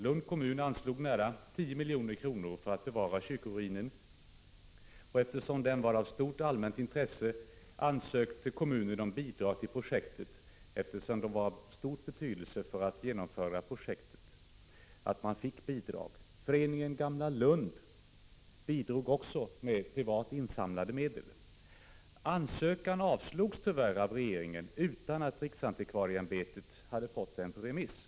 Lunds kommun anslog ett belopp på nära 10 milj.kr. för att bevara kyrkoruinen, och eftersom den var av stort allmänt intresse ansökte kommunen om bidrag till projektet. Ansökan avslogs av regeringen utan att riksantikvarieämbetet hade fått den på remiss.